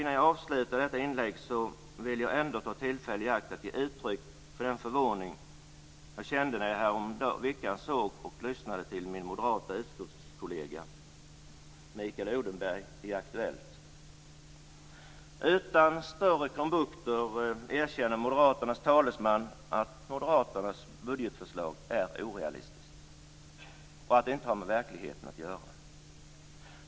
Innan jag avslutar detta inlägg vill jag ändå ta tillfället i akt att ge uttryck för den förvåning jag kände när jag häromveckan såg och lyssnade till min moderata utskottskollega Mikael Odenberg i Aktuellt. Utan större krumbukter erkände moderaternas talesman att moderaternas budgetförslag är orealistiskt och att det inte har med verkligheten att göra.